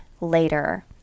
later